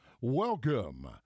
welcome